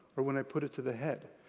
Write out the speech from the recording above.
or when i put it to the head,